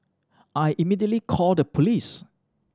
I immediately called the police